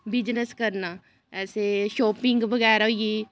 business करना ऐसे shopping बगैरा होई